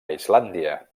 islàndia